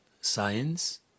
science